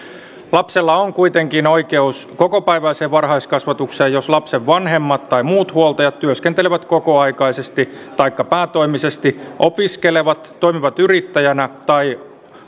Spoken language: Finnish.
lapsella on kuitenkin oikeus kokopäiväiseen varhaiskasvatukseen jos lapsen vanhemmat tai muut huoltajat työskentelevät kokoaikaisesti taikka päätoimisesti opiskelevat toimivat yrittäjänä tai